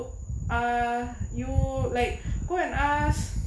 ah you like go and ask